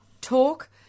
talk